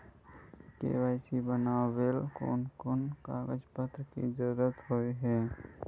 KYC बनावेल कोन कोन कागज पत्र की जरूरत होय है?